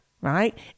right